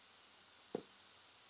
mm